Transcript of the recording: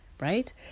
right